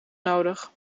nodig